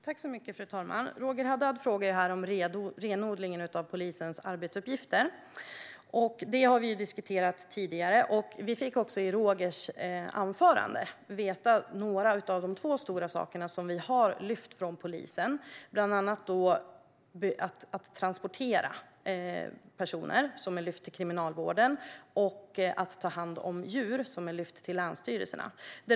Fru talman! Roger Haddad frågar om renodlingen av polisens arbetsuppgifter. Det har vi diskuterat tidigare. Vi fick också i Rogers anförande veta något om de två stora sakerna som har lyfts bort från polisen, bland annat transport av personer, som har lyfts över till Kriminalvården, och att ta hand om djur, som har lyfts över till länsstyrelserna.